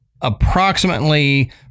approximately